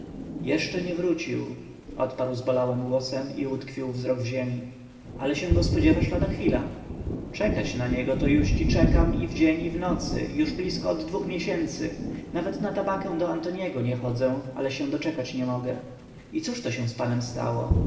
jeszcze nie wrócił odparł zbolałym głosem i utkwił wzrok w ziemi ale się go spodziewacie lada chwila czekać na niego to juści czekam i w dzień i w nocy już blizko od dwóch miesięcy nawet na tabakę do antoniego nie chodzę ale się doczekać nie mogę i cóż się z panem stało